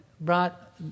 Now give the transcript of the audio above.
brought